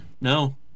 no